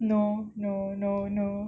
no no no no